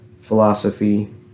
philosophy